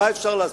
מה אפשר לעשות,